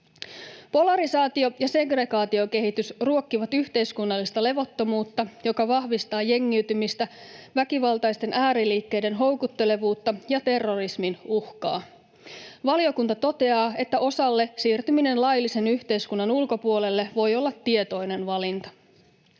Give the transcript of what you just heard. Polarisaatio- ja segregaatiokehitys ruokkivat yhteiskunnallista levottomuutta, joka vahvistaa jengiytymistä, väkivaltaisten ääriliikkeiden houkuttelevuutta ja terrorismin uhkaa. Valiokunta toteaa, että osalle siirtyminen laillisen yhteiskunnan ulkopuolelle voi olla tietoinen valinta.